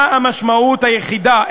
מה המשמעות היחידה?